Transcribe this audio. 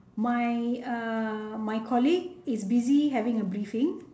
my uh my colleague is busy having a briefing